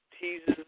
teases